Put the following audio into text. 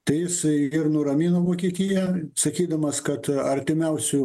tai jisai ir nuramino vokietiją sakydamas kad artimiausiu